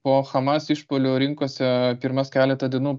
po hamas išpuolių rinkose pirmas keletą dienų